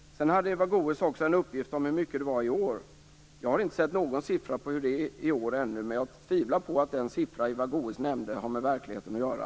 Eva Goës hade också en uppgift om årets siffror. Jag har inte sett någon sådan siffra ännu, men jag tvivlar på att den siffra hon nämnde har med verkligheten att göra.